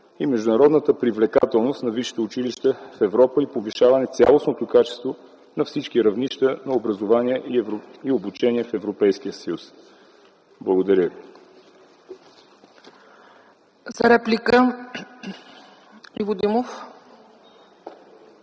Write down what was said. и международната привлекателност на висшите училища в Европа и повишаване цялостното качество на всички равнища на образование и обучение в Европейския съюз. Благодаря. ПРЕДСЕДАТЕЛ ЦЕЦКА